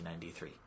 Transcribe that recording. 1993